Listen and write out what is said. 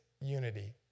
unity